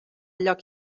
lloc